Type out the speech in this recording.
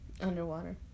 Underwater